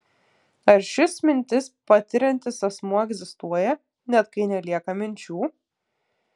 ar šis mintis patiriantis asmuo egzistuoja net kai nelieka minčių